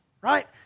right